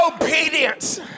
obedience